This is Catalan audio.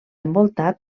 envoltat